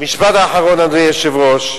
המשפט האחרון, אדוני היושב-ראש: